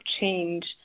change